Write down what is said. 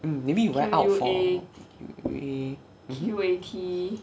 mm maybe you write out for Q U A mmhmm